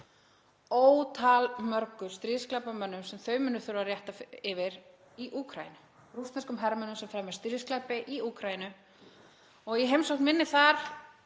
ótal mörgu stríðsglæpamönnum sem þau munu þurfa að rétta yfir í Úkraínu, rússneskum hermönnum sem fremja stríðsglæpi í Úkraínu. Í heimsókn minni þar